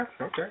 Okay